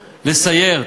לסייר,